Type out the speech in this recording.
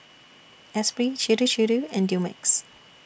Esprit Chir Chir and Dumex